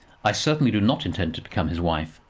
i certainly do not intend to become his wife.